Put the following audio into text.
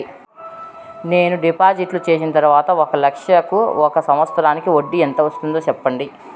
నేను డిపాజిట్లు చేసిన తర్వాత ఒక లక్ష కు ఒక సంవత్సరానికి వడ్డీ ఎంత వస్తుంది? సెప్పండి?